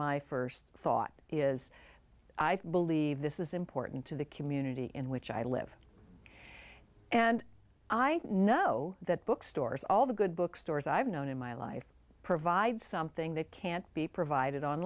my first thought is i believe this is important to the community in which i live and i know that book stores all the good bookstores i've known in my life provide something that can't be provided